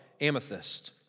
amethyst